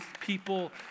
people